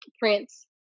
prince